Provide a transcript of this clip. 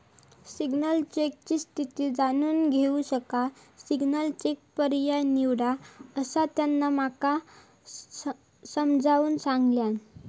single चेकची स्थिती जाणून घेऊ साठी सिंगल चेक पर्याय निवडा, असा त्यांना माका समजाऊन सांगल्यान